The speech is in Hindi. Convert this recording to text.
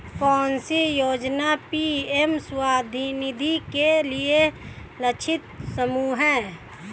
कौन सी योजना पी.एम स्वानिधि के लिए लक्षित समूह है?